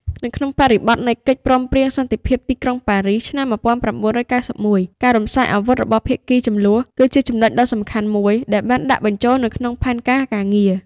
នៅក្នុងបរិបទនៃកិច្ចព្រមព្រៀងសន្តិភាពទីក្រុងប៉ារីស ឆ្នាំ១៩៩១ ការរំសាយអាវុធរបស់ភាគីជម្លោះ គឺជាចំណុចដ៏សំខាន់មួយ ដែលបានដាក់បញ្ចូលនៅក្នុងផែនការការងារ។